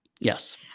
Yes